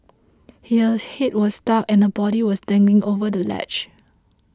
her a head was stuck and her body was dangling over the ledge